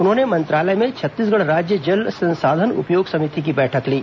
उन्होंने मंत्रालय में छत्तीसगढ़ राज्य जल संसाधन उपयोग समिति की बैठक ली